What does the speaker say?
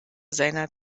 seiner